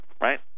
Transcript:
right